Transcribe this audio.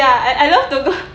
ya I I love to go